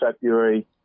February